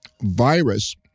virus